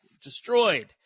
destroyed